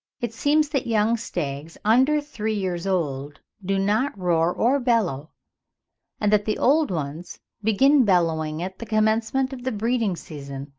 it seems that young stags under three years old do not roar or bellow and that the old ones begin bellowing at the commencement of the breeding-season,